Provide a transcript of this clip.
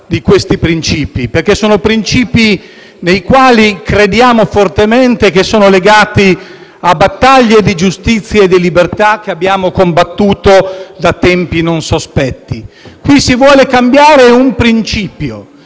di questi principi perché in essi crediamo fortemente. Tali principi sono legati a battaglie di giustizia e di libertà che abbiamo combattuto da tempi non sospetti. Qui si vuole cambiare un principio,